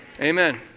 Amen